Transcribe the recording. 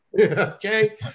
okay